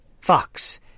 FOX